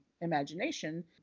imagination